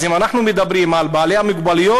אז אם אנחנו מדברים על בעלי מוגבלות,